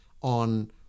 on